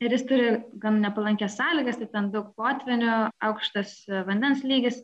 ir jis turi gan nepalankias sąlygas ten daug potvynių aukštas vandens lygis